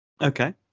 okay